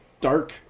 dark